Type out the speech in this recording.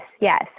Yes